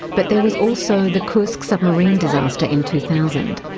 but there was also the kursk submarine disaster in two thousand,